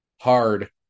hard